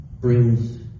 brings